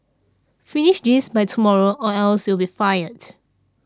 finish this by tomorrow or else you'll be fired